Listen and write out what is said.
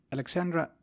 Alexandra